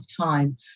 time